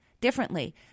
differently